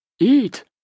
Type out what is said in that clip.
eat